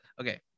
okay